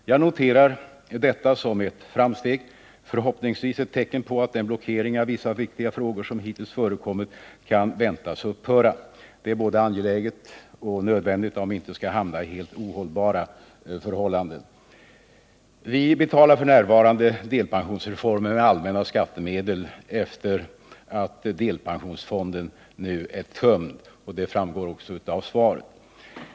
Jag noterar detta som ett framsteg — förhoppningsvis ett tecken på att den blockering av vissa viktiga frågor som hittills förekommit kan väntas upphöra. Det är både angeläget och nödvändigt om vi inte skall hamna i helt ohållbara förhållanden. Vi betalar f. n. delpensionsreformen med allmänna skattemedel sedan delpensionsfonden nu är tömd, vilket framgår av svaret.